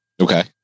Okay